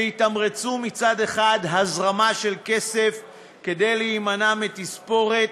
שיתמרצו מצד אחד הזרמה של כסף כדי להימנע מתספורת,